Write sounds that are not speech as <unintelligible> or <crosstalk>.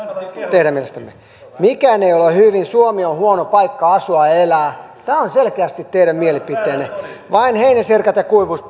teidän mielestänne mikään ei ole ole hyvin suomi on huono paikka asua ja elää tämä on selkeästi teidän mielipiteenne vain heinäsirkat ja kuivuus <unintelligible>